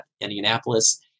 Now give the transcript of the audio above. Indianapolis